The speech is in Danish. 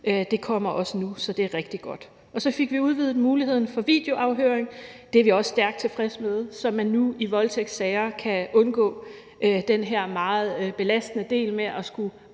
Det kommer også nu, så det er rigtig godt. Og så fik vi udvidet muligheden for videoafhøring – det er vi også stærkt tilfredse med – så man nu i voldtægtssager kan undgå den her meget belastende del med at skulle